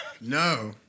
No